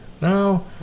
No